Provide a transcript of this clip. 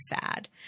sad